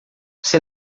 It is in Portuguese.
você